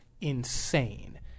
insane